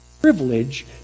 privilege